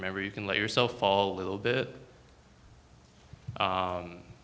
remember you can let yourself fall a little bit